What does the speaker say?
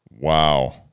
Wow